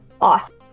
Awesome